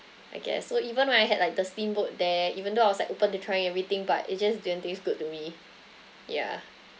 I guess so even when I had like the steamboat there even though I was like open to try everything but it just didn't taste good to me yeah